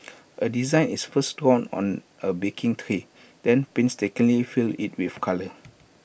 A design is first drawn on A baking tray then painstakingly filled in with colour